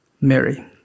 Mary